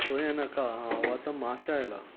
थंय येनाका हांव आतां माश्यां आयलां